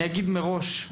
אגיד מראש,